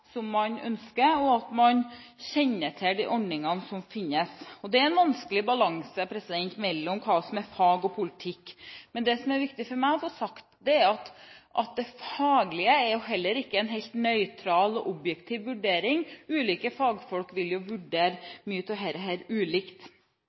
man kjenner til de ordningene som finnes. Det er en vanskelig balanse mellom hva som er fag, og hva som er politikk. Det som er viktig for meg å få sagt, er at det faglige heller ikke er en helt nøytral og objektiv vurdering. Ulike fagfolk vil vurdere